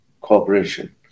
cooperation